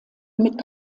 mit